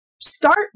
start